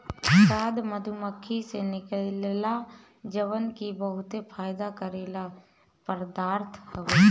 शहद मधुमक्खी से निकलेला जवन की बहुते फायदा करेवाला पदार्थ हवे